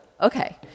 okay